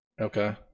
okay